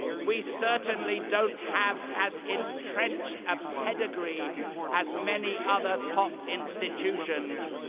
we certainly don't have as entrenched a pedigree as many other top institutions,